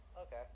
Okay